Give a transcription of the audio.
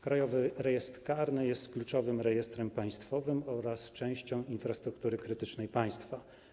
Krajowy Rejestr Karny jest kluczowym rejestrem państwowym oraz częścią infrastruktury krytycznej państwa.